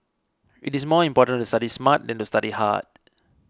it is more important to study smart than to study hard